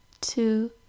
two